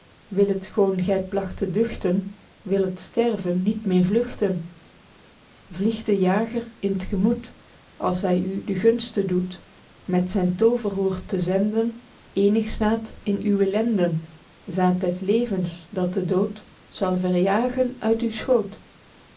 goon gy plagt te duchten wilt het sterven niet meer vlugten vliegt den jager in t gemoet als hy u de gunste doet met zyn tooverroer te zenden eenig zaed in uwe lenden zaed des levens dat de dood zal verjagen uit uw schoot